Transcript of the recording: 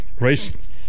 race